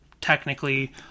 Technically